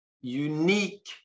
unique